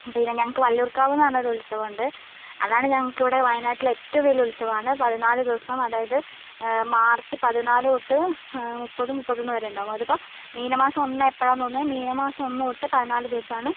പിന്നെ ഞങ്ങൾക്ക് വള്ളിയൂർക്കാവെന്ന് പറഞ്ഞൊരു ഉത്സവമുണ്ട് അതാണ് ഞങ്ങൾക്കിവിടെ വയനാട്ടിൽ ഏറ്റവും വലിയ ഉത്സവമാണ് പതിനാല് ദിവസം അതായത് മാർച്ച് പതിനാല് തൊട്ട് മുപ്പത് മുപ്പത്തൊന്ന് വരെയുണ്ടാവും അതിപ്പോൾ മീനമാസം ഒന്ന് എപ്പോഴാണ് ഒന്ന് മീനമാസം ഒന്ന് തൊട്ട് പതിനാല് ദിവസമാണ്